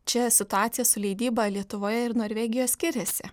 čia situacija su leidyba lietuvoje ir norvegijoje skiriasi